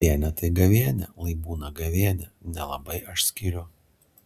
gavėnia tai gavėnia lai būna gavėnia nelabai aš skiriu